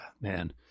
man